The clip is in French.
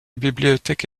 bibliothèque